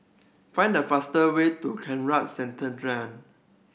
find the fast way to Conrad Centennial